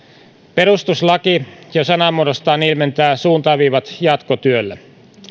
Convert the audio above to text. perustuslaki jo sanamuodollaan ilmentää suuntaviivat jatkotyölle